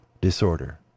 disorder